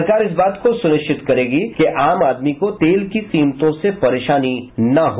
सरकार इस बात को सुनिश्चित करेगी कि आम आदमी को तेल की कीमतों से परेशानी न हो